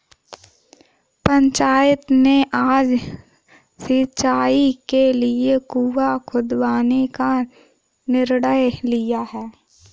पंचायत ने आज सिंचाई के लिए कुआं खुदवाने का निर्णय लिया है